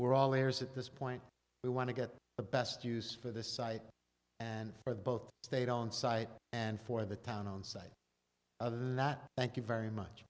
were all layers at this point we want to get the best use for this site and for the both state on site and for the town on site other than that thank you very much